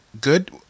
good